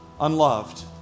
unloved